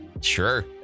sure